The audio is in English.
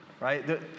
right